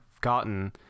gotten